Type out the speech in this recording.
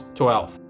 twelve